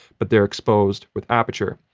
but they're exposed with aperture.